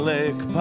Lake